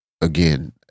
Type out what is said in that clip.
again